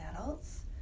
adults